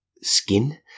skin